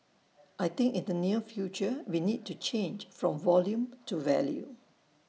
I think in the near future we need to change from volume to value